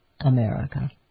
America